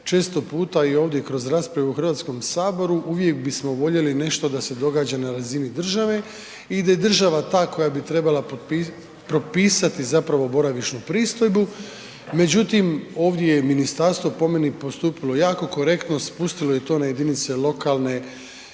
često puta i ovdje kroz rasprave u HS uvijek bismo voljeli nešto da se događa na razini države i da je država ta koja bi trebala propisati zapravo boravišnu pristojbu. Međutim, ovdje je ministarstvo po meni postupilo jako korektno, spustilo je to na jedinice lokalne